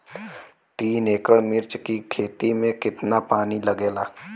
तीन एकड़ मिर्च की खेती में कितना पानी लागेला?